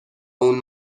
اون